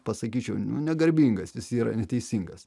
pasakyčiau nu negarbingas jis yra neteisingas